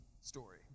story